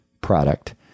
product